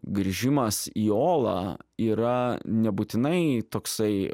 grįžimas į olą yra nebūtinai toksai